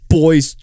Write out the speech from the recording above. boys